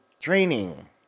training